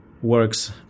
works